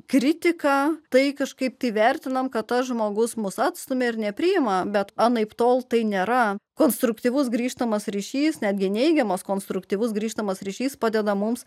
kritiką tai kažkaip įvertinam kad tas žmogus mus atstumia ir nepriima bet anaiptol tai nėra konstruktyvus grįžtamas ryšys netgi neigiamas konstruktyvus grįžtamas ryšys padeda mums